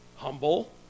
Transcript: Humble